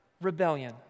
rebellion